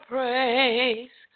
Praise